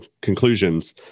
conclusions